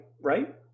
right